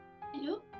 Hello